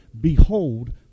behold